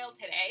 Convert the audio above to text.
today